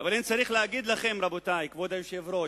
אבל צריך להגיד לכם, רבותי, כבוד היושב-ראש,